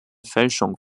fälschung